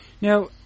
Now